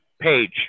page